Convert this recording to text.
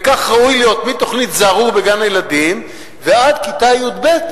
וכך ראוי להיות: מתוכנית "זהרור" בגן-הילדים ועד כיתה י"ב,